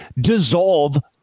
dissolve